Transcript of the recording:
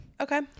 Okay